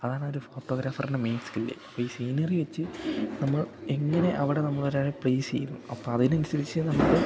അതാണൊരു ഫോട്ടോഗ്രാഫറ്ടെ main skill ഇപ്പം ഈ സീനറി വെച്ച് നമ്മൾ എങ്ങനെ അവിടെ നമ്മളൊരാളെ പ്ലേസ് ചെയ്യുന്നു അപ്പം അതിനനുസരിച്ച് നമ്മൾ